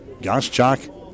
Goschak